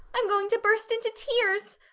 i'm going to burst into tears!